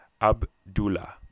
Abdullah